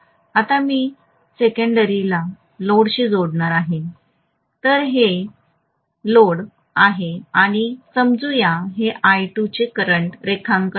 आता मी सेकंडरीला लोडशी जोडणार आहे तर हे हेच लोड आहे आणि समजा हे आय 2 चे करंट रेखांकन आहे